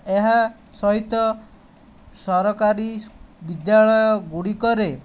ଏହା ସହିତ ସରକାରୀ ବିଦ୍ୟାଳୟଗୁଡ଼ିକରେ